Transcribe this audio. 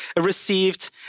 received